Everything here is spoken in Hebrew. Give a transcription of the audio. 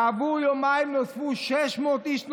כעבור יומיים נוספו 600 איש.